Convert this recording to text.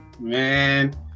Man